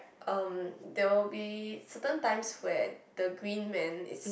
um there will be certain times where the green man is